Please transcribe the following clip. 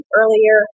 earlier